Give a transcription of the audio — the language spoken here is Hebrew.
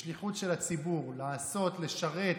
בשליחות של הציבור, לעשות, לשרת.